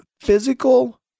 physical